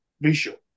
visual